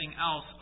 else